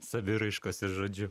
saviraiškos ir žodžiu